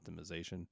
optimization